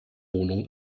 wohnung